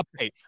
update